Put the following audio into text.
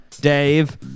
Dave